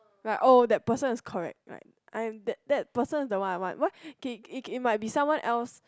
right oh that person is correct like I am that that person is the one I want why K it it might be someone else